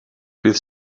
bydd